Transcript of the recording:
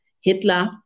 Hitler